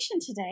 today